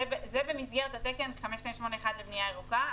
זה במסגרת התקן 5281 לבנייה ירוקה.